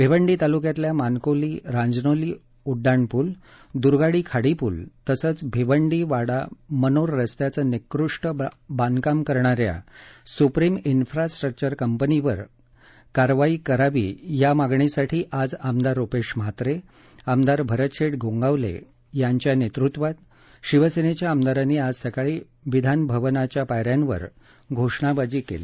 भिवंडी तालुक्यातल्या मानकोली रांजनोली उड्डाणपूल दुर्गाडी खाडीपूल तसेच भिवंडी वाड़ा मनोर रास्त्याचे निकृष्ट बांधकाम करणाऱ्या सुप्रीम उफ्रास्ट्रक्चर कंम्पनीवर कारवाही करावी या मागणीसाठी आज आमदार रूपेश म्हात्रे आमदार भरत शेठ गोंगावले यांचा नेतृत्वात शिवसेनेच्या आमदारांनी आज सकाळी विधानभवनाचा पायरयांवर घोषणाबाजी केली